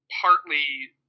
partly